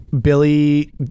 Billy